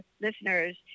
listeners